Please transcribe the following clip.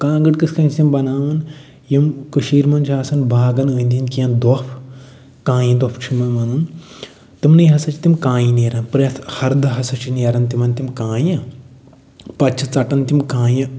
کانٛگٕر کِتھ کٔنۍ چھِ تِم بناوان یِم کٔشیٖرِ منٛز چھِ آسان باغن ٲنٛدۍ ٲنٛدۍ کیٚنٛہہ دۄف کانٛیہِ دۄف چھِ یِمن وَنان تِمنٕے ہَسا چھِ تِم کانٛیہِ نیران پرٛٮ۪تھ ہر دۄہ ہَسا چھِ نیران تِمن تِم کانٛیہِ پتہٕ چھِ ژٹان تِم کانٛیہِ